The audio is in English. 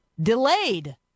delayed